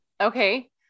Okay